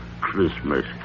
Christmas